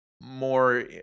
more